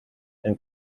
and